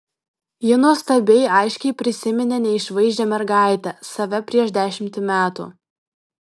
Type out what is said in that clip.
ji nuostabiai aiškiai prisiminė neišvaizdžią mergaitę save prieš dešimtį metų